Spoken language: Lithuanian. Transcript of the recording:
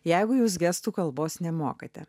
jeigu jūs gestų kalbos nemokate